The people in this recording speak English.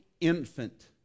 infant